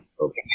Okay